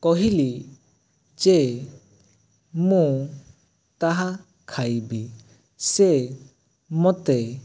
କହିଲି ଯେ ମୁଁ ତାହା ଖାଇବି ସେ ମତେ